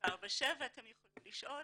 אתם יכולים לשאול